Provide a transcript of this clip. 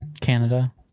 Canada